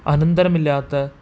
അനന്തരമില്ലാത്ത